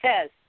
says